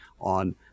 on